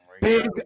Big